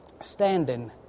standing